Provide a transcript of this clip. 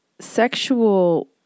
sexual